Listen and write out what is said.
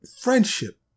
friendship